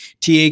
TA